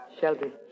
Shelby